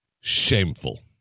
Shameful